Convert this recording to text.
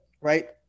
right